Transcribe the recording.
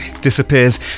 disappears